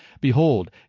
Behold